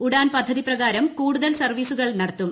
ഉഡാൻ പദ്ധതി പ്രകാരം കൂടുതൽ സർവ്വീസുകൾ നൂട്ടത്തും